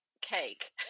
cake